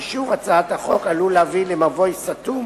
אישור הצעת החוק עלול להביא למבוי סתום